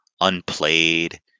unplayed